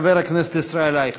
חבר הכנסת ישראל אייכלר.